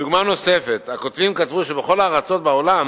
דוגמה נוספת: הכותבים כתבו שבכל הארצות בעולם